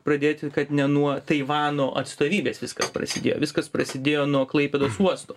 pradėti kad ne nuo taivano atstovybės viskas prasidėjo viskas prasidėjo nuo klaipėdos uosto